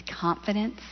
confidence